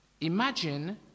imagine